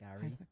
Gary